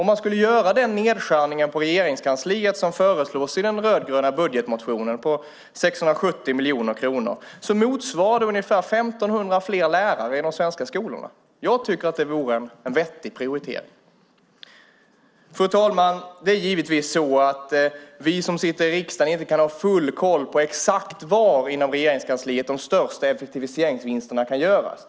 Om man skulle göra den nedskärning på Regeringskansliet på 670 miljoner kronor som föreslås i den rödgröna budgetmotionen skulle det motsvara ungefär 1 500 fler lärare i de svenska skolorna. Jag tycker att det vore en vettig prioritering. Fru talman! Det är givetvis så att vi som sitter i riksdagen inte kan ha full koll på exakt var inom Regeringskansliet de största effektiviseringsvinsterna kan göras.